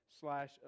slash